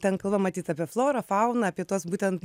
ten kalba matyt apie florą fauną apie tuos būtent